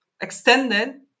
extended